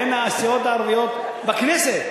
בין הסיעות הערביות בכנסת,